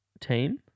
team